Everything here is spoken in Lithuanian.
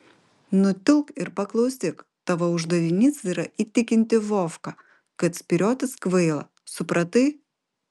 nutilk ir paklausyk tavo uždavinys yra įtikinti vovką kad spyriotis kvaila supratai